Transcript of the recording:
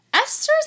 Esther's